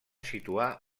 situar